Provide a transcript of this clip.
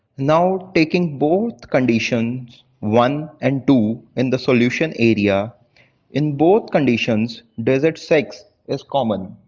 now taking both conditions one and two in the solution area in both conditions digit six is common,